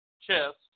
chest